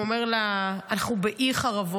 הוא אומר לה: אנחנו בעיי חורבות.